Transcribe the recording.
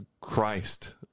Christ